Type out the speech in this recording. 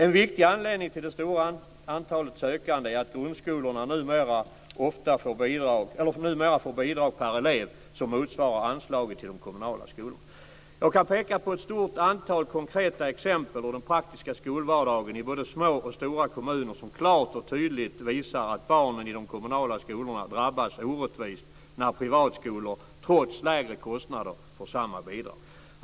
En viktig anledning till det stora antalet sökande är att grundskolorna numera får bidrag per elev, som motsvarar anslaget till de kommunala skolorna. Jag kan peka på ett stort antal konkreta exempel ur den praktiska skolvardagen i både små och stora kommuner som klart och tydligt visar att barnen i de kommunala skolorna drabbas orättvist när privatskolor trots lägre kostnader får samma bidrag.